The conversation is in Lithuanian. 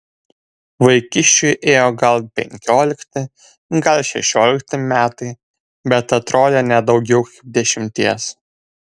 vaikiščiui ėjo gal penkiolikti gal šešiolikti metai bet atrodė ne daugiau kaip dešimties